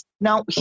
Now